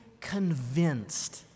convinced